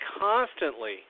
constantly